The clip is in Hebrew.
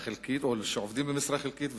שעובדים במשרה חלקית,